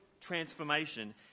transformation